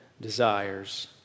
desires